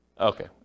Okay